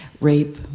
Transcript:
rape